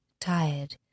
tired